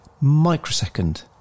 microsecond